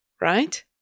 right